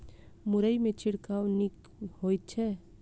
मुरई मे छिड़काव नीक होइ छै?